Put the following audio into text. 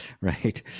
right